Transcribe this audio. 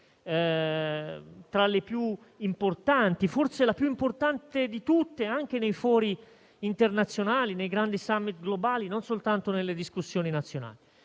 tra le più importanti, forse è la più importante, anche nei fori internazionali e nei grandi *summit* globali, non soltanto nelle discussioni nazionali.